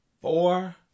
four